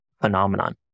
phenomenon